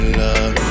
love